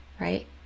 right